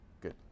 good